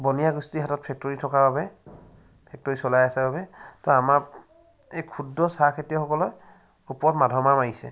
বনিয়া গোষ্ঠীৰ হাতত ফেক্টৰী থকাৰ বাবে ফেক্টৰী চলাই আছে বাবে তো আমাৰ এই ক্ষুদ্ৰ চাহ খেতিয়কসকলৰ ওপৰত মাধমাৰ মাৰিছে